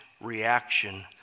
reaction